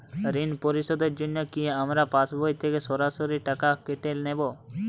ঋণ পরিশোধের জন্য কি আমার পাশবই থেকে সরাসরি টাকা কেটে নেবে?